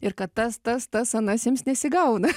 ir kad tas tas tas anas jiems nesigauna